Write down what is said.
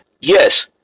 Yes